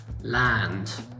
land